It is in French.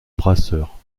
brasseur